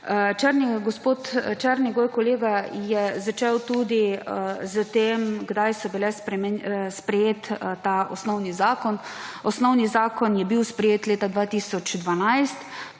Gospod Černigoj, kolega, je začel tudi s tem, kdaj je bil sprejet ta osnovni zakon. Osnovni zakon je bil sprejet leta 2012,